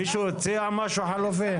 מישהו הציע משהו חלופי?